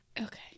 Okay